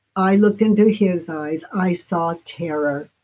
i looked into his eyes, i saw a terror.